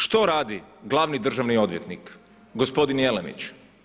Što radi glavni državni odvjetnik gospodin Jelenić?